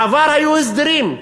בעבר היו הסדרים.